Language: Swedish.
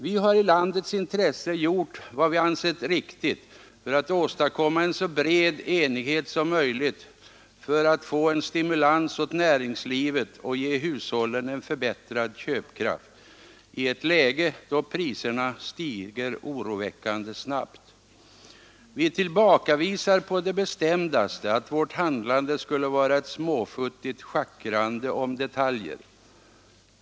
Vi har i landets intresse gjort vad vi ansett riktigt för att nå en så bred enighet som möjligt i syfte att åstadkomma en stimulans åt näringslivet och ge hushållen en förbättrad köpkraft i ett läge då priserna stiger oroväckande snabbt. Vi tillbakavisar på det bestämdaste att vårt handlande skulle vara ett småfuttigt schackrande om detaljer.